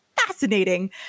fascinating